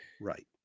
Right